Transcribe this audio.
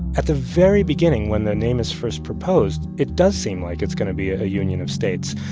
at the very beginning, when the name is first proposed, it does seem like it's going to be a union of states.